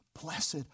Blessed